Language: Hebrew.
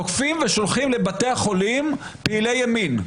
תוקפים ושולחים לבתי החולים פעילי ימין,